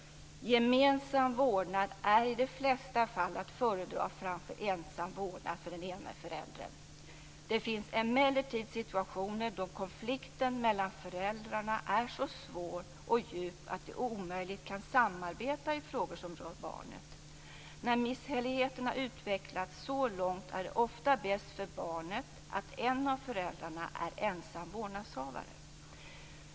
"Gemensam vårdnad är i de flesta fall att föredra framför ensam vårdnad för ena föräldern. Det finns emellertid situationer då konflikten mellan föräldrarna är så svår och djup att de omöjligen kan samarbeta i frågor som rör barnet. När misshälligheterna utvecklats så långt är det ofta bäst för barnet att en av föräldrarna är ensam vårdnadshavare.